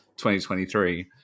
2023